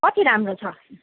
कति राम्रो छ